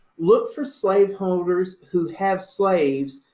look for slaveholders who have slaves,